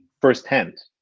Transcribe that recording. firsthand